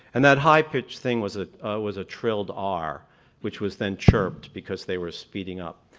and that high-pitch thing was ah was a trilled r which was then chirped because they were speeding up.